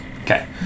Okay